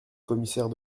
commissaire